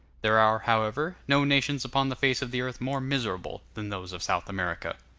there are, however, no nations upon the face of the earth more miserable than those of south america.